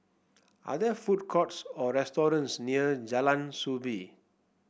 are there food courts or restaurants near Jalan Soo Bee